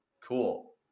Cool